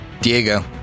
Diego